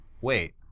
wait